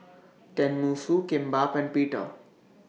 Tenmusu Kimbap and Pita